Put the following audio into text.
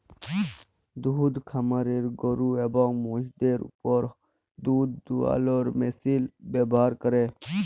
দুহুদ খামারে গরু এবং মহিষদের উপর দুহুদ দুয়ালোর মেশিল ব্যাভার ক্যরে